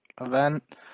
event